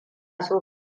so